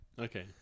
Okay